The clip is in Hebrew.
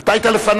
אתה היית לפניו?